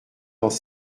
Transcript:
dans